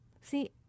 See